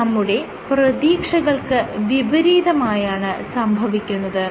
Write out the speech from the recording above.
ഇത് നമ്മുടെ പ്രതീക്ഷകൾക്ക് വിപരീതമായാണ് സംഭവിക്കുന്നത്